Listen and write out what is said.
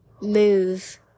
move